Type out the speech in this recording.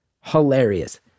hilarious